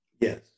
Yes